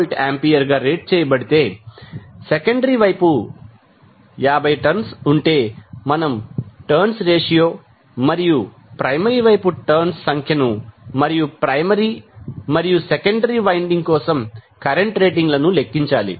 6 kVA గా rate చేయబడితే secondary వైపు 50 టర్న్స్ ఉంటే మనం టర్న్స్ రేషియో మరియు ప్రైమరీ వైపు టర్న్స్ సంఖ్యను మరియుప్రైమరీ మరియు సెకండరీ వైండింగ్ కోసం కరెంట్ రేటింగ్ లను లెక్కించాలి